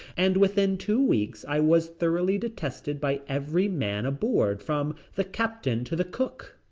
and within two weeks i was thoroughly detested by every man aboard from the captain to the cook.